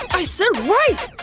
i said right!